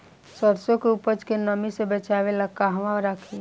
सरसों के उपज के नमी से बचावे ला कहवा रखी?